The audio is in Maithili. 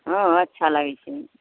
हँ अच्छा लागै छै